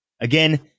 Again